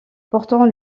portant